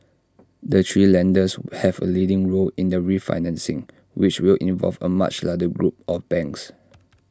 the three lenders have A leading role in the refinancing which will involve A much larger group of banks